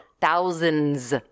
Thousands